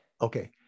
Okay